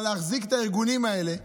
להחזיק את הארגונים האלה,